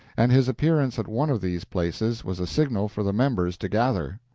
and his appearance at one of these places was a signal for the members to gather.